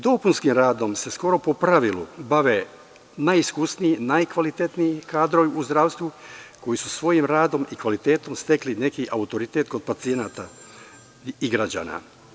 Dopunskim radom se skoro po pravilu bave najiskusniji, najkvalitetniji kadrovi u zdravstvu, koji su svojim radom i kvalitetom stekli neki autoritet kod pacijenata i građana.